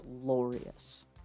glorious